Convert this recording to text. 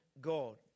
God